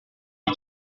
you